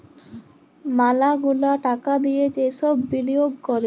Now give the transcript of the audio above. ম্যালা গুলা টাকা দিয়ে যে সব বিলিয়গ ক্যরে